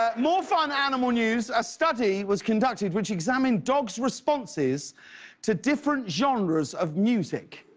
ah more fun animal news. a study was conducted which examined dog's responses to different genres of music.